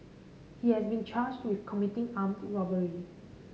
he has been charged with committing armed robbery